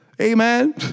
Amen